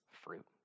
fruit